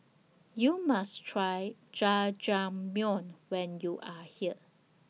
YOU must Try Jajangmyeon when YOU Are here